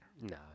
No